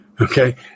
Okay